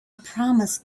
promised